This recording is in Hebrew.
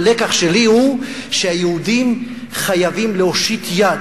הלקח שלי הוא שהיהודים חייבים להושיט יד